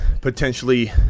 potentially